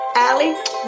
Allie